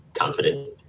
confident